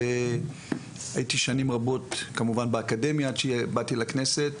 והייתי שנים רבות כמובן באקדמיה עד שבאתי לכנסת,